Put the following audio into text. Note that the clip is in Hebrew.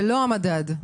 ולא המדד?